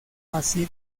así